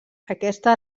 aquesta